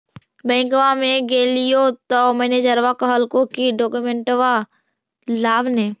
बैंकवा मे गेलिओ तौ मैनेजरवा कहलको कि डोकमेनटवा लाव ने?